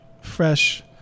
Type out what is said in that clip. fresh